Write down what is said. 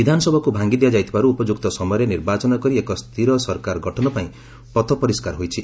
ବିଧାନସଭାକୁ ଭାଙ୍ଗି ଦିଆଯାଇଥିବାରୁ ଉପଯୁକ୍ତ ସମୟରେ ନିର୍ବାଚନ କରି ଏକ ସ୍ଥିର ସରକାର ଗଠନ ପାଇଁ ପଥ ପରିସ୍କାର ହୋଇଛି